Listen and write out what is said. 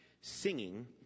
Singing